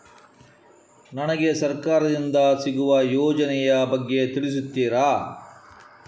ನನಗೆ ಸರ್ಕಾರ ದಿಂದ ಸಿಗುವ ಯೋಜನೆ ಯ ಬಗ್ಗೆ ತಿಳಿಸುತ್ತೀರಾ?